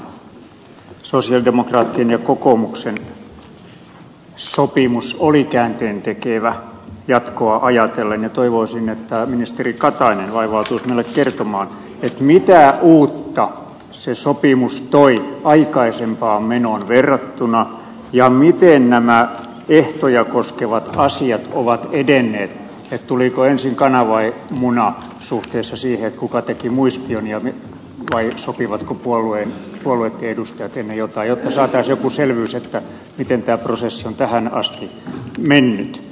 sosialidemokraattien ja kokoomuksen sopimus oli käänteentekevä jatkoa ajatellen ja toivoisin että ministeri katainen vaivautuisi meille kertomaan mitä uutta se sopimus toi aikaisempaan menoon verrattuna ja miten nämä ehtoja koskevat asiat ovat edenneet tuliko ensin kana vai muna suhteessa siihen kuka teki muistion vai sopivatko puolueitten edustajat ensin jotain jotta saataisiin joku selvyys siihen miten tämä prosessi on tähän asti mennyt